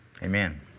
Amen